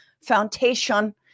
Foundation